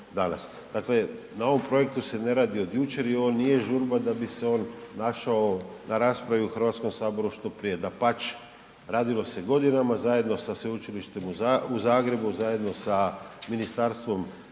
Dakle na ovom projektu se ne radi od jučer i on nije žurba da bi se on našao na raspravi u Hrvatskom saboru što prije, dapače, radilo se godinama zajedno sa Sveučilištem u Zagrebu zajedno sa Ministarstvom znanosti,